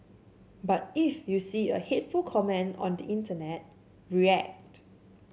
but if you see a hateful comment on the internet react